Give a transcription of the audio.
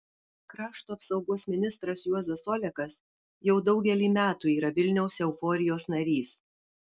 krašto apsaugos ministras juozas olekas jau daugelį metų yra vilniaus euforijos narys